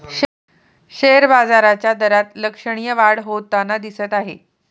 share बाजाराच्या दरात लक्षणीय वाढ होताना दिसत आहे